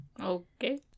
Okay